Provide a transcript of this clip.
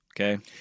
Okay